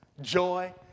joy